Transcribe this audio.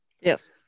Yes